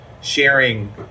sharing